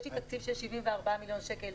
יש לי תקציב של 74 מיליון שקלים,